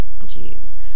Jeez